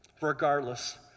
regardless